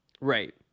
right